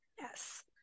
Yes